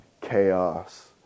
chaos